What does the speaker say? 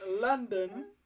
london